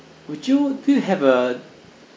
would you do you have a